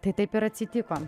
tai taip ir atsitiko